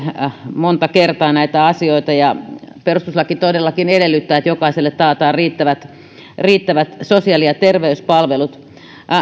monta kertaa näitä asioita ja perustuslaki todellakin edellyttää että jokaiselle taataan riittävät riittävät sosiaali ja terveyspalvelut